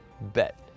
bet